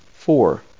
Four